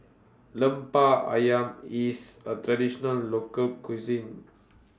Lemper Ayam IS A Traditional Local Cuisine